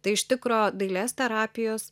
tai iš tikro dailės terapijos